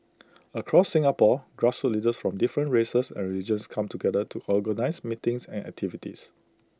across Singapore grassroots leaders from different races and religions come together to organise meetings and activities